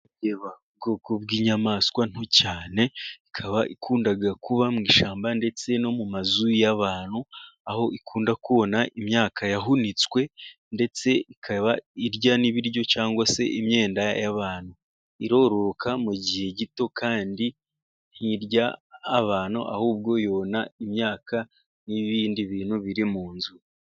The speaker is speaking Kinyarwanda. Imbeba, ubwoko bw'inyamaswa nto cyane, ikaba ikunda kuba mu ishyamba ndetse no mu mazu y'abantu, aho ikunda kona imyaka yahunitswe, ndetse ikaba irya n'ibiryo, cyangwa se imyenda y'abantu, iroroka mu gihe gito, kandi ntirya abantu, ahubwo yona imyaka n'ibindi bintu biri mu nzu.